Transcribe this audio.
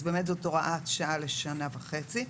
אז באמת זו הוראת שעה לשנה וחצי.